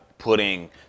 putting